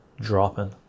dropping